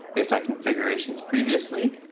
based on configurations previously,